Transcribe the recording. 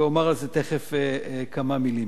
ואומר על זה תיכף כמה מלים.